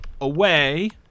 Away